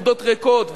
עומדות ריקות,